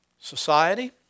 society